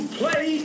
play